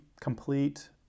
complete